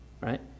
right